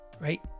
right